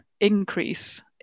increase